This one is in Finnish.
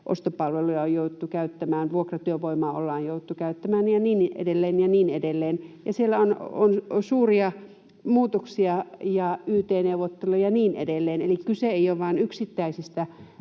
ostopalveluja on jouduttu käyttämään, vuokratyövoimaa on jouduttu käyttämään ja niin edelleen ja niin edelleen. Ja siellä on suuria muutoksia ja yt-neuvotteluja ja niin edelleen. Eli kyse ei ole vain yksittäisistä